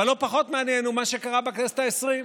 אבל לא פחות מעניין הוא מעניין מה שקרה בכנסת העשרים.